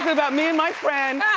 about me and my friend,